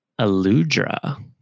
Aludra